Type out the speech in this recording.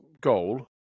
goal